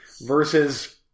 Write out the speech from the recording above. Versus